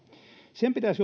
sen pitäisi